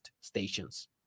stations